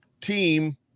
team